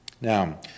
Now